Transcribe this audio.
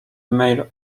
mail